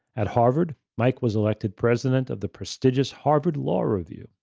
at harvard, mike was elected president of the prestigious harvard law review,